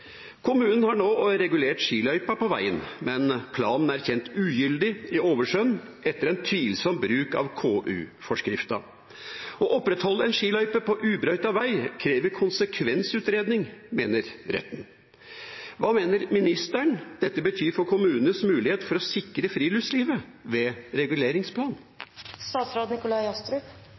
Kommunen har nå regulert skiløype på veien, men planen er kjent ugyldig i overskjønn etter en tvilsom bruk av forskrift om konsekvensutredninger: Å opprettholde en skiløype på ubrøyta veg krever konsekvensutredning, mener retten. Hva mener statsråden dette betyr for kommunenes mulighet for å sikre friluftslivet ved